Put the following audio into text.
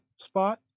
spot